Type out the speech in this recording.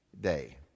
day